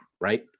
right